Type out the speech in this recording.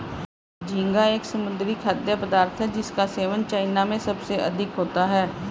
झींगा एक समुद्री खाद्य पदार्थ है जिसका सेवन चाइना में सबसे अधिक होता है